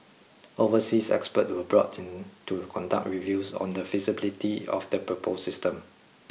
overseas experts were brought in to conduct reviews on the feasibility of the proposed system